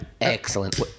Excellent